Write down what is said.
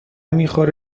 میخوره